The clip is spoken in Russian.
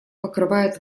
покрывает